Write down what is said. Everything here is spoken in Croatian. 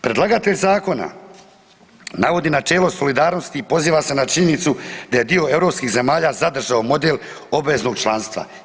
Predlagatelj zakona navodi načelo solidarnosti i poziva se na činjenicu da je dio europskih zemalja zadržao model obveznog članstva.